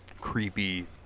creepy